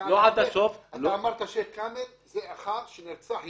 אתה אמרת שזה לאחר שנרצח יהודי.